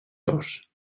dos